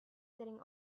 sitting